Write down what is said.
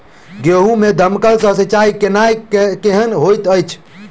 गेंहूँ मे दमकल सँ सिंचाई केनाइ केहन होइत अछि?